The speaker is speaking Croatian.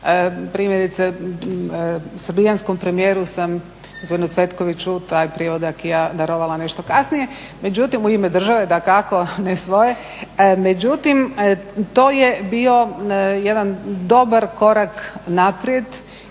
Primjerice srbijanskom premijeru sam, gospodinu Cvetkoviću taj prijevod acquisa darovala nešto kasnije. Međutim, u ime države dakako ne svoje. Međutim, to je bio jedan dobar korak naprijed